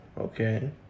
Okay